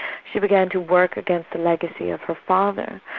she began to work against the legacy of her father.